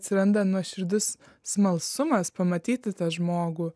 atsiranda nuoširdus smalsumas pamatyti tą žmogų